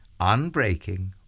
unbreaking